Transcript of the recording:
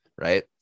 right